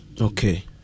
okay